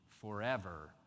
forever